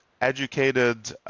educated